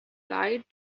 lied